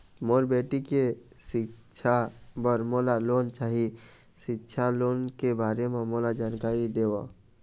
मोर बेटी के सिक्छा पर मोला लोन चाही सिक्छा लोन के बारे म मोला जानकारी देव?